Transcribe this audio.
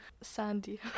sandy